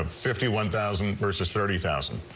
um fifty one thousand versus thirty thousand.